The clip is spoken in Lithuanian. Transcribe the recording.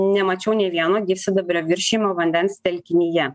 nemačiau nei vieno gyvsidabrio viršijimo vandens telkinyje